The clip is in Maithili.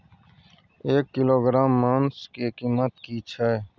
एक किलोग्राम मांस के कीमत की छै?